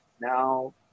Now